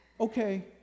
okay